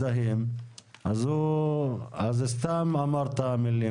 אז אם לא מזדהים אז סתם אמרת מילים.